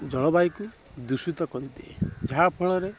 ଜଳବାୟୁକୁ ଦୂଷିତ କରିଦିଏ ଯାହାଫଳରେ